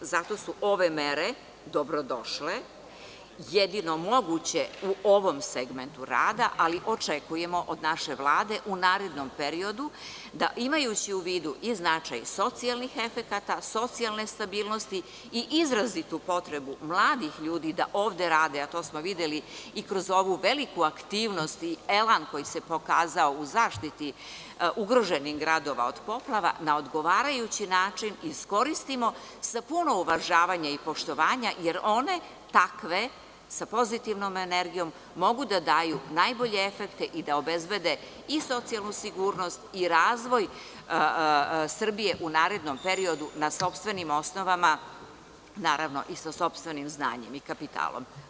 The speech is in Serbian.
Zato su ove mere dobrodošle i jedino moguće u ovom segmentu rada, ali očekujemo od naše Vlade u narednom periodu da, imajući u vidu i značaj socijalnih efekata, socijalne stabilnosti i izrazitu potrebu mladih ljudi da ovde rade, a to smo videli i kroz ovu veliku aktivnost i elan koji se pokazao u zaštiti ugroženih gradova od poplava, na odgovarajući način iskoristimo sa puno uvažavanja i poštovanja, jer one takve sa pozitivnom energijom mogu da dajunajbolje efekte i da obezbede i socijalnu sigurnost i razvoj Srbije unarednom periodu na sopstvenim osnovama, naravno, i sa sopstvenim znanjem i kapitalom.